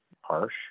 harsh